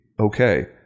okay